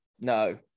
No